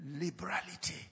liberality